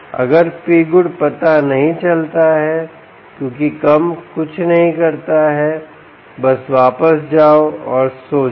अगर Pgood पता नहीं चलता है क्योंकि कम कुछ नहीं करता हैं बस वापस जाओ और सो जाओ